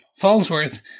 fallsworth